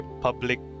public